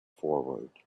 forward